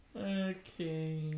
okay